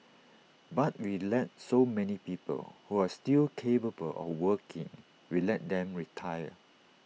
but we let so many people who are still capable of working we let them retire